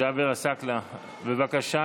ג'אבר עסאקלה, בבקשה.